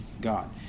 God